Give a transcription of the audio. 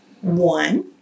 One